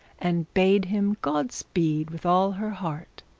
and bade him god speed with all her heart.